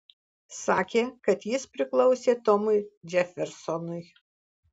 sakė kad jis priklausė tomui džefersonui